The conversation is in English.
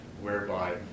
whereby